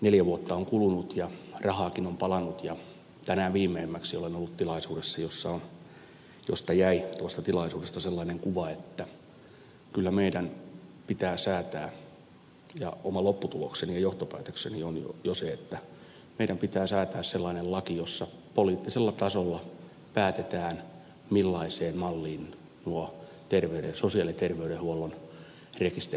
neljä vuotta on kulunut ja rahaakin on palanut ja tänään viimeimmäksi olen ollut tilaisuudessa josta jäi sellainen kuva että kyllä meidän pitää säätää oma lopputulokseni ja johtopäätökseni on jo se että meidän pitää säätää sellainen laki jossa poliittisella tasolla päätetään millaiseen malliin nuo sosiaali ja terveydenhuollon rekisterit pitää saada